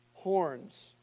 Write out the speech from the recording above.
horns